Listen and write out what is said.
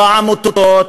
לא העמותות,